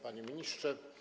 Panie Ministrze!